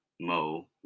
Mo